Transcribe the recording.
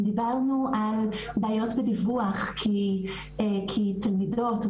אם דיברנו על בעיות בדיווח כי תלמידות או